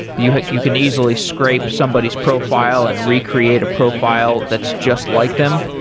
you you can easily scrape somebody's profile and recreate a profile that's just like them.